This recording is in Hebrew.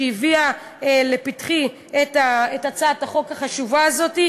שהביאה לפתחי את הצעת החוק החשובה הזאת.